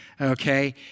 okay